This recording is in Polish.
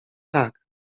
tak